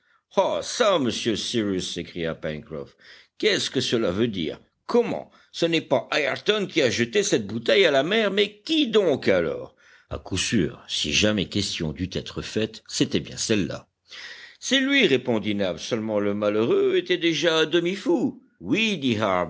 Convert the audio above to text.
ah çà monsieur cyrus s'écria pencroff qu'est-ce que cela veut dire comment ce n'est pas ayrton qui a jeté cette bouteille à la mer mais qui donc alors à coup sûr si jamais question dut être faite c'était bien cellelà c'est lui répondit nab seulement le malheureux était déjà à demi fou oui